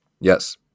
Yes